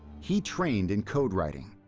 he trained in code writing,